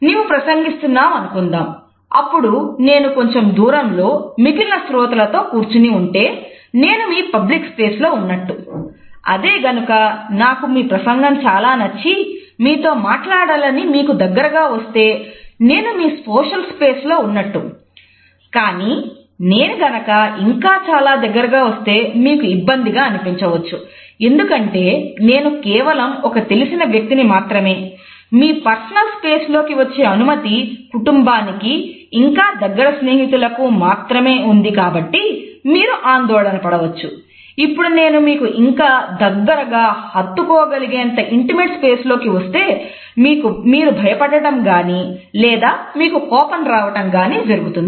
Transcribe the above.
నీవు ప్రసంగిస్తున్నావు అని అనుకుందాం అప్పుడు నేను కొంచెం దూరంలో మిగిలిన శ్రోతల తో కూర్చుని ఉంటే నేను మీ పబ్లిక్ స్పేస్ లోకి వస్తే మీరు భయపడటం గాని లేదా మీకు కోపం రావటం గాని జరుగుతుంది